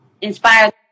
inspired